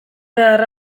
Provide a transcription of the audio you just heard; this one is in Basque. behar